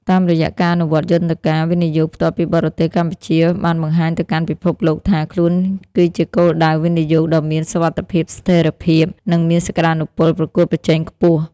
តាមរយៈការអនុវត្តយន្តការ វិនិយោគផ្ទាល់ពីបរទេស កម្ពុជាបានបង្ហាញទៅកាន់ពិភពលោកថា ខ្លួនគឺជាគោលដៅវិនិយោគដ៏មានសុវត្ថិភាព ស្ថិរភាព និងមានសក្ដានុពលប្រកួតប្រជែងខ្ពស់។